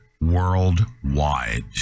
worldwide